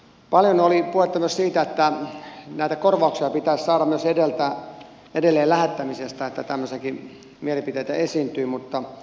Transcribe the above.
paljon oli puhetta myös siitä että näitä korvauksia pitäisi saada myös edelleen lähettämisestä tämmöisiäkin mielipiteitä esiintyi